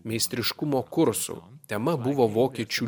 meistriškumo kursų tema buvo vokiečių